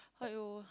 !aiyo!